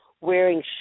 wearing